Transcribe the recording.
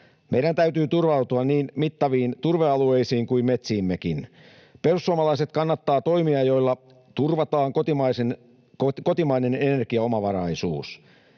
Meidän täytyy turvautua niin mittaviin turvealueisiin kuin metsiimmekin. Perussuomalaiset kannattavat toimia, joilla turvataan kotimainen energiaomavaraisuus.